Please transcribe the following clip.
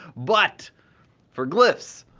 but for glyphs,